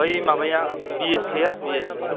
बै माबाया बिएसएआ बिएसएआ